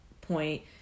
point